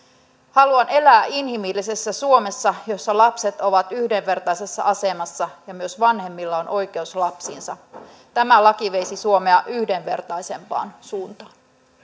haluan elää inhimillisessä suomessa jossa lapset ovat yhdenvertaisessa asemassa ja myös vanhemmilla on oikeus lapsiinsa tämä laki veisi suomea yhdenvertaisempaan suuntaan